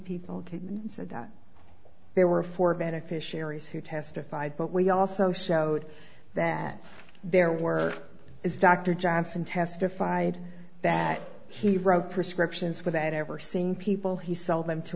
and said that there were four beneficiaries who testified but we also showed that there were is dr johnson testified that he wrote prescriptions without ever seeing people he sell them to